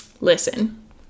listen